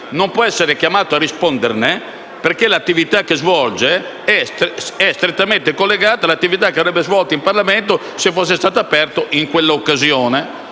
effettivamente di giudizi politici - perché l'attività che svolge è strettamente collegata all'attività che avrebbe svolto in Parlamento se fosse stato aperto in quella occasione.